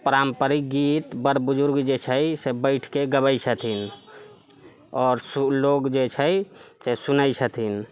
पारम्परिक गीत बड़ बुजुर्ग जे छै से बैठके गबैत छथि आओर लोग जे छै से सुनैत छथिन